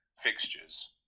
fixtures